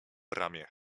ramię